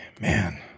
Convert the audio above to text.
man